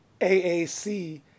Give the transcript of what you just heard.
AAC